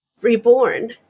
Reborn